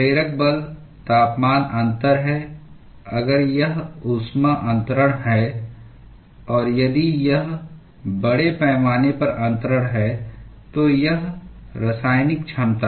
प्रेरक बल तापमान अंतर है अगर यह ऊष्मा अन्तरण है और यदि यह बड़े पैमाने पर अन्तरण है तो यह रासायनिक क्षमता है